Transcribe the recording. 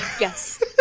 yes